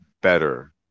better